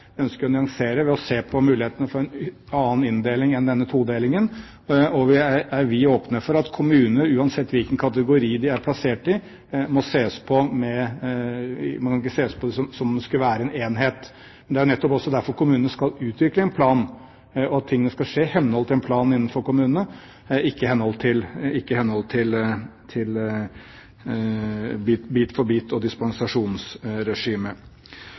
ved å se på mulighetene for en annen inndeling enn denne todelingen. Og vi er åpne for at kommunene, uansett hvilken kategori de er plassert i, ikke må ses på som om det skulle være en enhet. Det er nettopp derfor kommunene skal utvikle en plan, og at tingene skal skje i henhold til en plan innenfor kommunene, ikke i henhold til